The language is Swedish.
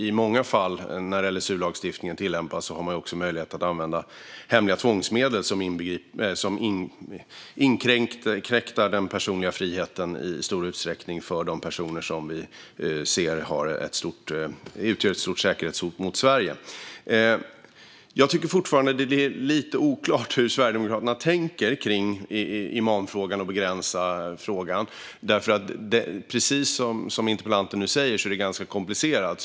I många fall där LSU tillämpas har man dessutom möjlighet att använda hemliga tvångsmedel, vilket i stor utsträckning inkräktar på den personliga friheten för de personer som vi ser utgör ett stort säkerhetshot mot Sverige. Jag tycker fortfarande att det är lite oklart hur Sverigedemokraterna tänker kring imamfrågan och begränsningar, för precis som interpellanten säger är det ganska komplicerat.